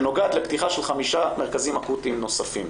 שנוגעת לפתיחה של חמישה מרכזים אקוטיים נוספים.